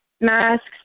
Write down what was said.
masks